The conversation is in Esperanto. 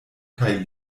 kaj